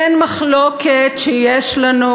אין מחלוקת על כך שיש לנו,